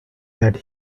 that